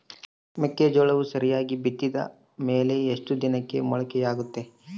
ಮೆಕ್ಕೆಜೋಳವು ಸರಿಯಾಗಿ ಬಿತ್ತಿದ ಮೇಲೆ ಎಷ್ಟು ದಿನಕ್ಕೆ ಮೊಳಕೆಯಾಗುತ್ತೆ?